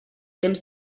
temps